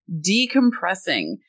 decompressing